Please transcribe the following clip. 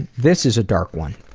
this is a dark one.